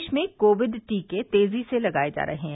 देश में कोविड टीके तेजी से लगाए जा रहे हैं